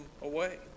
away